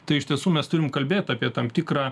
tai iš tiesų mes turim kalbėt apie tam tikrą